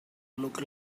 look